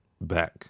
back